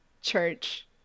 church